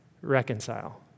reconcile